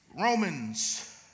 Romans